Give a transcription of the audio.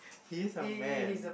he is a man